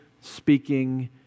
speaking